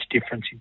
difference